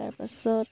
তাৰ পাছত